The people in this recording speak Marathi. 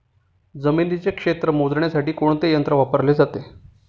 जमिनीचे क्षेत्र मोजण्यासाठी कोणते यंत्र वापरले जाते?